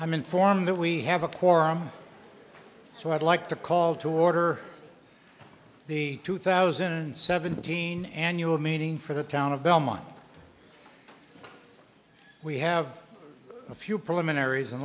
i'm informed that we have a quorum so i'd like to call to order the two thousand and seventeen annual meeting for the town of belmont we have a few